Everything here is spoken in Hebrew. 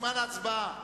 בזמן ההצבעה.